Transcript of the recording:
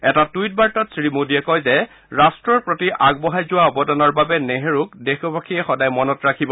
এটা টুইট বাৰ্তাত শ্ৰীমোদীয়ে কয় যে ৰট্টৰ প্ৰতি আগবঢ়াই যোৱা আৱদানৰ বাবে নেহৰুক দেশবাসীয়ে সদায় মনত ৰাখিব